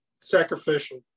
Sacrificial